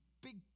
big